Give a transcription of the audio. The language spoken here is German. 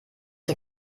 der